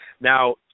Now